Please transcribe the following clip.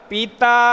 Pita